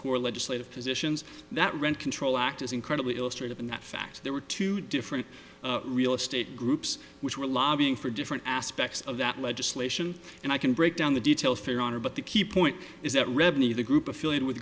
core legislative positions that rent control act is incredibly illustrated in that fact there were two different real estate groups which were lobbying for different aspects of that legislation and i can break down the details fair on her but the key point is that revenue the group affiliated with